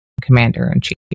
commander-in-chief